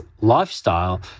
lifestyle